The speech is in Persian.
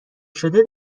شده